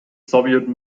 soviet